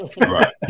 Right